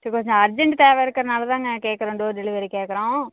சரி கொஞ்சம் அர்ஜெண்ட்டு தேவை இருக்கறனால தாங்க கேட்கறேன் டோர் டெலிவரி கேட்கறோம்